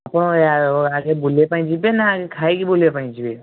ଆପଣ ଆଗେ ବୁଲିବା ପାଇଁ ଯିବେ ନା ଆଗେ ଖାଇକି ବୁଲିବା ପାଇଁ ଯିବେ